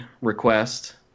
request